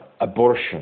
abortion